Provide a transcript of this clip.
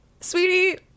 sweetie